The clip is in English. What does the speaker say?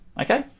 okay